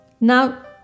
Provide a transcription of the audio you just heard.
Now